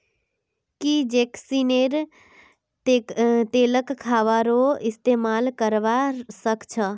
की जैस्मिनेर तेलक खाबारो इस्तमाल करवा सख छ